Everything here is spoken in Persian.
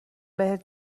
بهت